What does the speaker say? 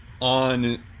on